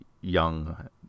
young